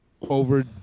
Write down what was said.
over